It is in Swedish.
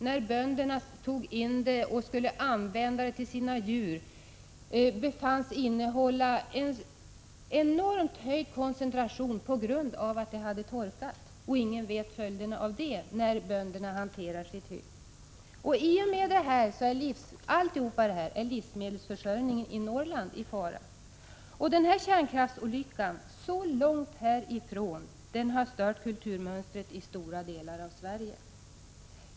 När bönderna tog in höet befanns det innehålla en enormt förhöjd koncentration av radioaktiva ämnen på grund av att det hade torkat. Ingen vet vilka följderna blir av detta när bönderna skall hantera sitt hö. I och med allt detta är livsmedelsförsörjningen i Norrland i fara. Dessutom har denna kärnkraftsolycka, så långt härifrån, stört kulturmönstret i stora delar av Sverige.